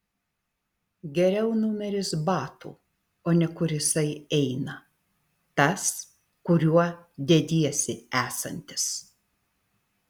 geriau numeris batų o ne kur jisai eina tas kuriuo dediesi esantis